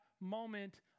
moment